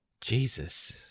Jesus